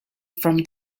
from